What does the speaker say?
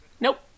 Nope